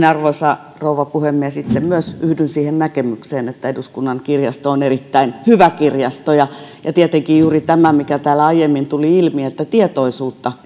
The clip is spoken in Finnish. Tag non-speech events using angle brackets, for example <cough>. <unintelligible> arvoisa rouva puhemies itse myös yhdyn siihen näkemykseen että eduskunnan kirjasto on erittäin hyvä kirjasto ja ja tietenkin juuri tähän mikä täällä aiemmin tuli ilmi että tietoisuutta <unintelligible>